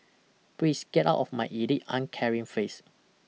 please get out of my elite uncaring face